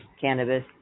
cannabis